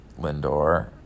Lindor